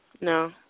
No